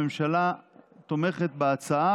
הממשלה תומכת בהצעה,